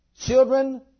Children